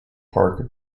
park